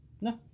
No